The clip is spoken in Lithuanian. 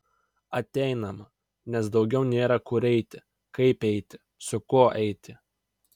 ateinama nes daugiau nėra kur eiti kaip eiti su kuo eiti